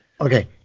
Okay